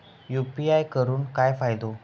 UPI करून काय फायदो?